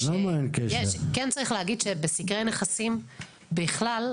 כן צריך להגיד שבסקרי נכסים בכלל,